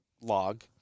log